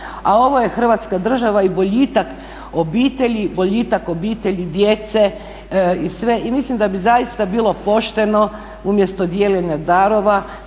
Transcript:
A ovo je Hrvatska država i boljitak obitelji, boljitak obitelji djece i sve i mislim da bi zaista bilo pošteno umjesto dijeljenja darova